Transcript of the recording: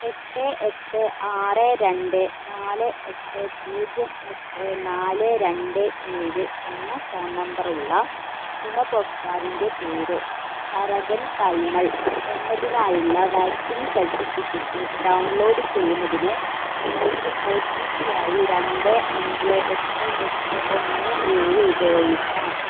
എട്ട് എട്ട് ആറ് രണ്ട് നാല് എട്ട് പൂജ്യം എട്ട് നാല് രണ്ട് ഏഴ് എന്ന ഫോൺ നമ്പറുള്ള ഗുണഭോക്താവിൻ്റെ പേര് തരകൻ കൈമൾ എന്നതിനായുള്ള വാക്സിൻ സർട്ടിഫിക്കറ്റ് ഡൗൺലോഡ് ചെയ്യുന്നതിന് നിങ്ങൾക്ക് ഓ ടി പി ആയി രണ്ട് അഞ്ച് എട്ട് എട്ട് ഒന്ന് ഏഴ് ഉപയോഗിക്കാം